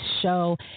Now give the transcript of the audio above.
show